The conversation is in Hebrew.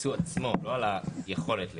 הייצוא עצמו, לא על היכולת לייצא.